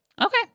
okay